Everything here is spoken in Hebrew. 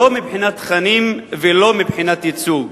לא מבחינת תכנים ולא מבחינת ייצוג.